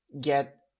get